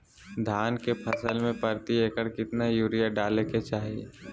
धान के फसल में प्रति एकड़ कितना यूरिया डाले के चाहि?